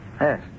Yes